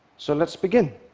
so let's begin.